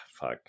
fuck